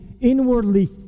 inwardly